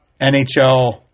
NHL